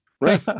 Right